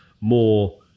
more